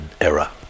era